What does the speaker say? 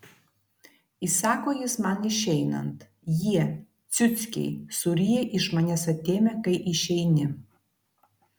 įsako jis man išeinant jie ciuckiai suryja iš manęs atėmę kai išeini